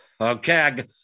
Okay